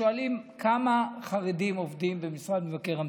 ששואלים כמה חרדים עובדים במשרד מבקר המדינה.